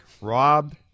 Rob